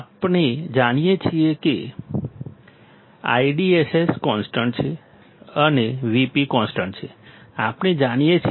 આપણે જાણીએ છીએ કે IDSS કોન્સ્ટન્ટ છે અને Vp કોન્સ્ટન્ટ છે આપણે જાણીએ છીએ